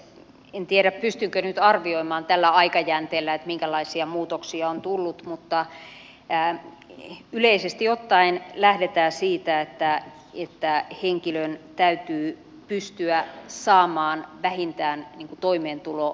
en tiedä pystynkö nyt arvioimaan tällä aikajänteellä minkälaisia muutoksia on tullut mutta yleisesti ottaen lähdetään siitä että henkilön täytyy pystyä saamaan vähintään toimeentulo